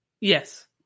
Yes